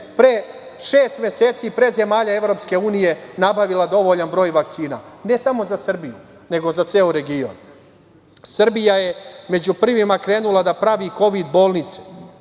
pre šest meseci, pre zemalja EU nabavila dovoljan broj vakcina. Ne samo za Srbiju, nego za ceo region. Srbija je među prvima krenula da pravi kovid bolnice.